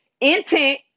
intent